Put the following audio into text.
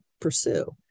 pursue